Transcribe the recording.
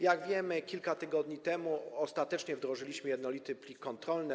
Jak wiemy, kilka tygodni temu ostatecznie wdrożyliśmy jednolity plik kontrolny.